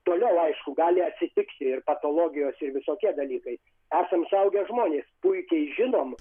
toliau aišku gali atsitikti ir patologijos ir visokie dalykai esam suaugę žmonės puikiai žinom